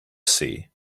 see